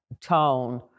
tone